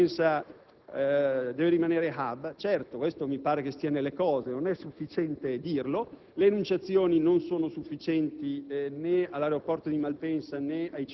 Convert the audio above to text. Quindi ritengo che ci debba essere una grande collaborazione in questo momento di tutti i livelli istituzionali, del Governo e della Regione Lombardia, per trovare una soluzione.